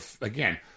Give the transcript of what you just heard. again